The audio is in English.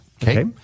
Okay